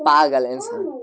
پاگل اِنسان